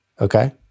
okay